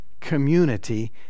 community